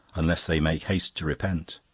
unless they make haste to repent.